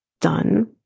done